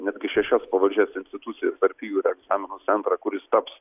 netgi šešias pavaldžias institucijas tarp jų ir egzaminų centrą kuris taps